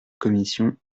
commission